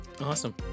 Awesome